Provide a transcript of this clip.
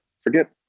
forget